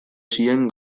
zien